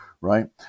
right